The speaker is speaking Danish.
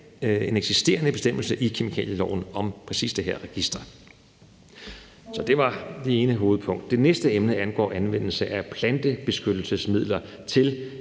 en eksisterende bestemmelse i kemikalieloven om præcis det her register. Det var det ene hovedpunkt. Kl. 13:00 Det næste emne angår anvendelse af plantebeskyttelsesmidler til